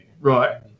Right